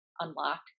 unlock